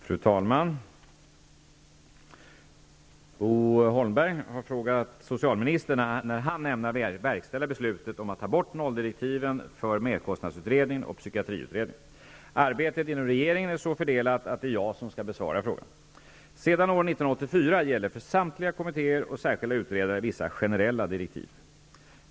Fru talman! Bo Holmberg har frågat socialministern när han ämnar verkställa beslutet om att ta bort nolldirektiven för merkostnadsutredningen och psykiatriutredningen. Arbetet inom regeringen är så fördelat att det är jag som skall besvara frågan. Sedan år 1984 gäller för samtliga kommittéer och särskilda utredare vissa generella direktiv .